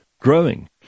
growing